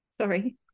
Sorry